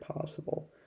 possible